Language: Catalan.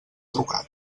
trucat